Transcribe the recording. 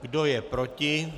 Kdo je proti?